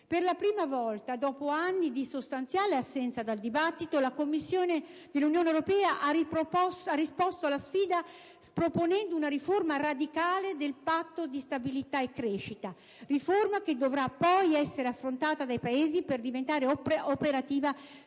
Per la prima volta, dopo anni di sostanziale assenza dal dibattito, la Commissione dell'Unione europea ha risposto alla sfida, proponendo una riforma radicale del Patto di stabilità e crescita, riforma che dovrà poi essere affrontata dai Paesi per diventare operativa senza